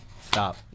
Stop